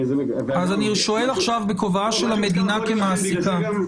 אני שואל עכשיו בכובעה של המדינה כמעסיקה.